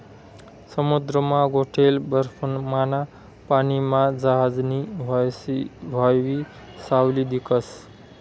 समुद्रमा गोठेल बर्फमाना पानीमा जहाजनी व्हावयी सावली दिखस